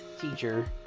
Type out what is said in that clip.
teacher